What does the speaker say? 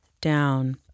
down